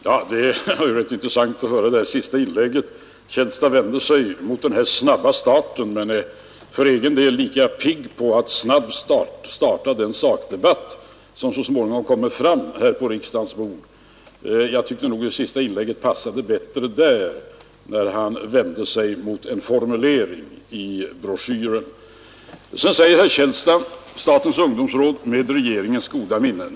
Herr talman! Det var rätt intressant att höra det senaste inlägget. Herr Källstad vände sig mot den snabba starten men är för egen del pigg på att snabbt starta den sakdebatt som så småningom skall hållas här i riksdagen. Jag tycker att inlägget passar bättre där. Herr Källstad sade att statens ungdomsråd givit ut broschyren ”med regeringens goda minne”.